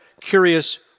curious